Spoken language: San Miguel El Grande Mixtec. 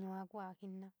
yua kua ja jinaa.